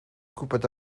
gwybod